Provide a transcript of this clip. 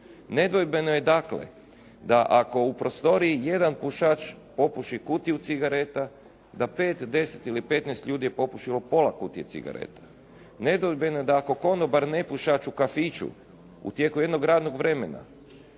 Nedvojbeno je dakle da ako u prostoriji jedan pušač popuši kutiju cigareta da 5, 10, ili 15 ljudi je popušilo pola kutije cigareta. Nedvojbeno je da ako konobar nepušač u kafiću u tijeku jednog radnog vremena